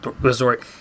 resort